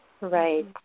Right